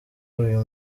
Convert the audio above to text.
uyu